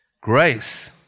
Grace